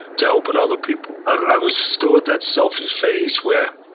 to helping other people. i was still at that selfish phase where,